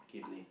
Ghibly